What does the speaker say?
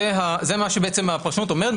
זה מה שהפרשנות אומרת.